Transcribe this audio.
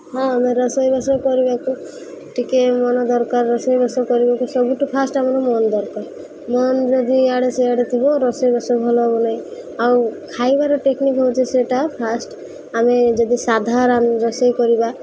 ହଁ ଆମେ ରଷେଇବାସ କରିବାକୁ ଟିକିଏ ମନ ଦରକାର ରୋଷେଇବାସ କରିବାକୁ ସବୁଠୁ ଫାଷ୍ଟ୍ ଆମର ମନ ଦରକାର ମନ ଯଦି ଇଆଡ଼େ ସିଆଡ଼େ ଥିବ ରୋଷେଇବାସ ଭଲ ହେବନାହିଁ ଆଉ ଖାଇବାର ଟେକ୍ନିକ୍ ହେଉଛି ସେଇଟା ଫାଷ୍ଟ୍ ଆମେ ଯଦି ସାଧା ରୋଷେଇ କରିବା